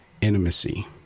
intimacy